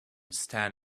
stand